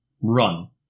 run